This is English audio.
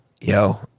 yo